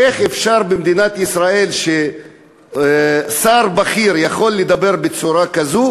איך אפשר שבמדינת ישראל שר בכיר יכול לדבר בצורה כזאת?